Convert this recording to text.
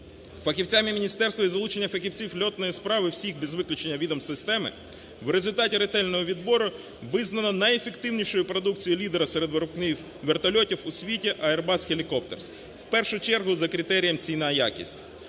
Фахівцями міністерства із залученням фахівців льотної справи всіх без виключення відомств системи в результаті ретельного відбору визнано найефективнішою продукцією лідера серед виробників вертольотів у світі Airbus Helicopters, в першу чергу за критерієм ціна-якість.